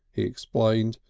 he explained,